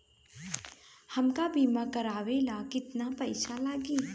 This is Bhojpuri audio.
हमका बीमा करावे ला केतना पईसा लागी?